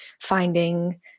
finding